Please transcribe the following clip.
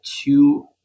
two